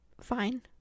fine